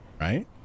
right